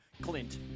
Clint